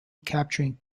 capturing